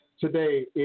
Today